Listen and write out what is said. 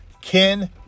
Ken